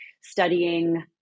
studying